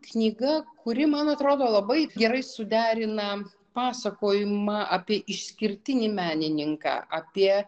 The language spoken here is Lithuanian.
knyga kuri man atrodo labai gerai suderina pasakojimą apie išskirtinį menininką apie